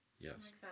Yes